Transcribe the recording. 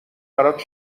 برات